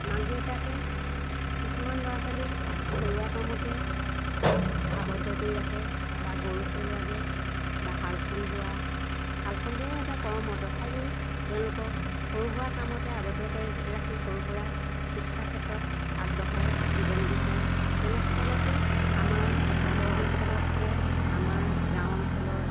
মাক দেউতাকে কিছুমান ল'ৰা ছোৱালীক ঘৰুৱা কামতে আৱদ্ধ কৰি ৰাখে বা গৰু চৰুৱাগে বা হালখন বোৱা হালখন বোৱাও এটা কৰ্ম তথাপিও তেওঁলোকক সৰু সুৰা কামতে আবদ্ধ কৰি ৰাখি সৰুৰ পৰা শিক্ষাৰ ক্ষেত্ৰত আগবঢ়াই দিব নিবিচাৰে তেনে স্থলতো আমাৰ চহৰৰ অঞ্চলতকে আমাৰ গাঁও অঞ্চলৰ